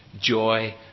Joy